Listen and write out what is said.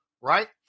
right